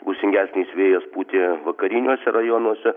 gūsingesnis vėjas pūtė vakariniuose rajonuose